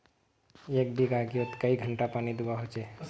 एक बिगहा गेँहूत कई घंटा पानी दुबा होचए?